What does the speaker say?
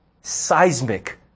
seismic